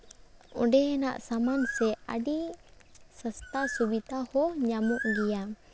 ᱚᱸᱰᱮᱱᱟᱜ ᱥᱟᱢᱟᱱ ᱥᱮ ᱟᱹᱰᱤ ᱥᱚᱥᱛᱟ ᱥᱩᱵᱤᱫᱟ ᱦᱚᱸ ᱧᱟᱢᱚᱜ ᱜᱮᱭᱟ